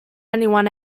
anyone